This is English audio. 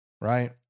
Right